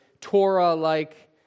Torah-like